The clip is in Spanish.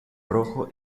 rojo